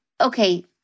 okay